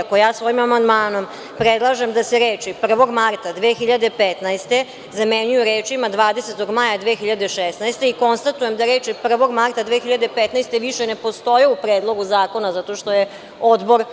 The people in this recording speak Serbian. Ako ja svojim amandmanom predlažem da se reči „1. marta 2015. godine“ zamenjuju rečima „20. maja 2016. godine“ i konstatujem da reči „1. marta 2015. godine“ više ne postoje u predlogu zakona zato što je odbor